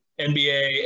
NBA